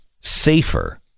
safer